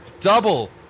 double